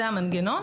זה המנגנון.